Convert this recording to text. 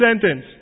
sentence